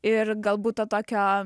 ir galbūt to tokio